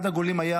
אחד הגולים היה